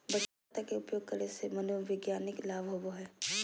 बचत खाता के उपयोग करे से मनोवैज्ञानिक लाभ होबो हइ